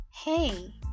Hey